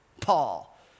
Paul